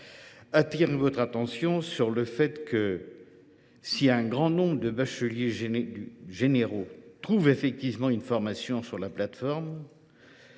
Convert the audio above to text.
attirer votre attention sur le fait que, si un grand nombre de bacheliers généraux trouvent effectivement une formation sur la plateforme,